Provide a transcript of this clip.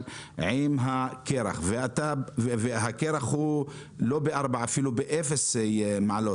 עם הקרח והקרח לא ב-4 מעלות אלא אפילו באפס מעלות,